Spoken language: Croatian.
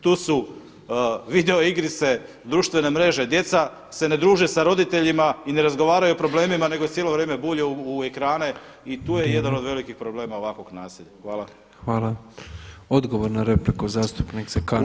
Tu su video igrice, društvene mreže djeca se ne druže sa roditeljima i ne razgovaraju o problemima nego iz cijelo vrijeme bulje u ekrane i tu je jedan od velikog problema ovakvog nasilja.